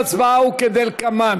ולכן,